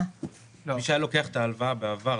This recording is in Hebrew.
מי שהיה לוקח את ההלוואה בעבר,